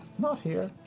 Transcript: nott here.